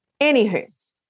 Anywho